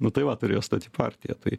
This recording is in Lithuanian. nu tai va turėjo stot į partiją tai